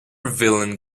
villain